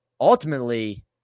Ultimately